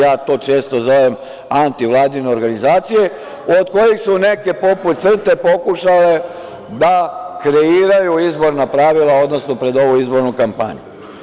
Ja to često zovem antivladine organizacije, od kojih su neke poput CRTE pokušale da kreiraju izborna pravila, odnosno pred ovu izbornu kampanju.